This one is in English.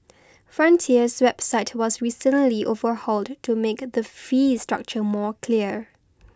frontier's website was recently overhauled to make the fee structure more clear